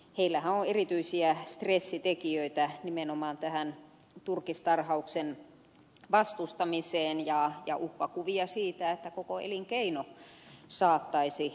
heillähän on erityisiä stressitekijöitä nimenomaan tähän turkistarhauksen vastustamiseen ja uhkakuvia siitä että koko elinkeino saattaisi loppua